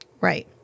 Right